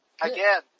Again